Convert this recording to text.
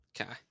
Okay